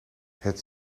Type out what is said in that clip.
het